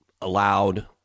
allowed